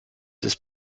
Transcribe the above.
ist